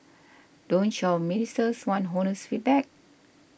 don't your ministers want honest feedback